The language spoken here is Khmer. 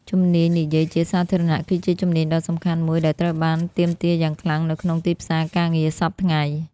ជំនាញនិយាយជាសាធារណៈគឺជាជំនាញដ៏សំខាន់មួយដែលត្រូវបានទាមទារយ៉ាងខ្លាំងនៅក្នុងទីផ្សារការងារសព្វថ្ងៃ។